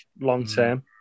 long-term